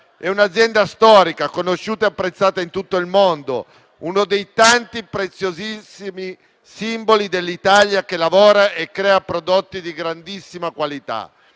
è un'azienda storica, conosciuta e apprezzata in tutto il mondo, uno dei tanti preziosissimi simboli dell'Italia che lavora e crea prodotti di grandissima qualità.